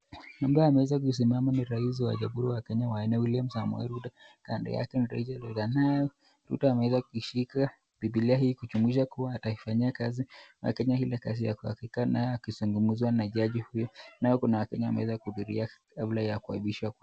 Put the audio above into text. Ambaye ameweza kusimama ni rais wa jamhuri ya Kenya wa nne William Samoei Ruto. Kando yake ni Rachel Ruto. Ruto ameweza kushika bibilia hii kudhihirisha kuwa ataifanyia kazi ile kazi ya kihakika naye akizungumza na jaji huyu nao kuna wakenya wameweza kuhudhuria hafla ya kuapisha